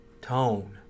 tone